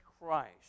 Christ